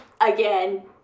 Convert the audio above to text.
again